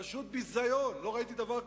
פשוט ביזיון, לא ראיתי דבר כזה.